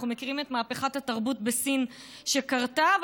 אנחנו מכירים את מהפכת התרבות שקרתה בסין,